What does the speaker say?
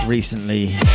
recently